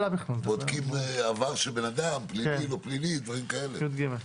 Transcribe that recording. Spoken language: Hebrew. בודקים עבר של בן אדם, עבר פלילי, דברים כאלה.